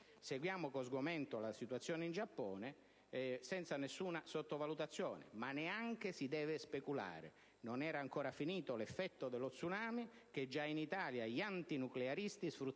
Seguiamo con sgomento la situazione in Giappone, senza nessuna sottovalutazione, ma neanche si deve speculare. Non era ancora finito l'effetto dello *tsunami* che già in Italia gli antinuclearisti sfruttavano